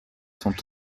sont